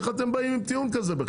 איך אתם באים עם טיעון כזה בכלל?